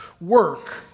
work